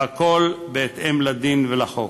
והכול בהתאם לדין ולחוק.